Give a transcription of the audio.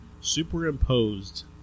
superimposed